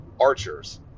archers